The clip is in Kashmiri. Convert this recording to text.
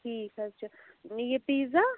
ٹھیٖک حظ چھُ یہِ پیٖزا